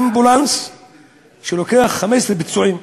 אמבולנס שלוקח 15 פצועים,